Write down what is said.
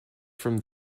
from